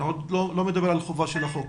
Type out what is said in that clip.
אני עוד לא מדבר על החובה של החוק.